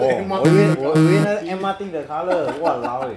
orh 我以为我以为那 M_R_T 的 colour !walao! eh